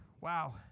wow